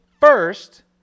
first